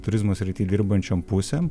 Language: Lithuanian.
turizmo srity dirbančiom pusėm